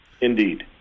Indeed